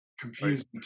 confusing